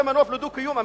זה מנוף לדו-קיום אמיתי,